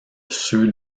ceux